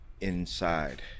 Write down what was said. inside